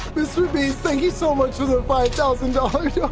mr. beast thank you so much for the five thousand dollars, yeah